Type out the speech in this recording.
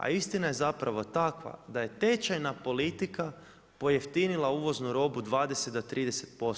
A istina je zapravo takva da je tečajna politika pojeftinila uvoznu robu 20 do 30%